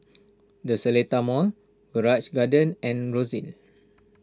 the Seletar Mall Grange Garden and Rosyth